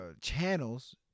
channels